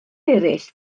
eraill